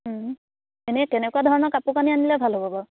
এনেই কেনেকুৱা ধৰণৰ কাপোৰ কানি আনিলে ভাল হ'ব বাৰু